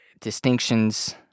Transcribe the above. distinctions